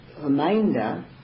Reminder